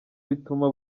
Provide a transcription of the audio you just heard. bituma